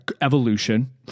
evolution